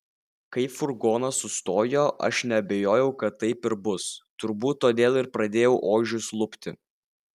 kai furgonas sustojo aš neabejojau kad taip ir bus turbūt todėl ir pradėjau ožius lupti